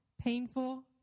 painful